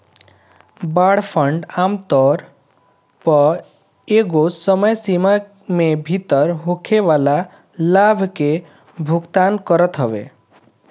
bond fund आमतौर पअ एगो समय सीमा में भीतर होखेवाला लाभ के भुगतान करत हवे